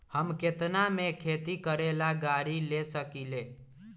हम केतना में खेती करेला गाड़ी ले सकींले?